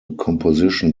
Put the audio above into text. composition